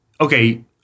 okay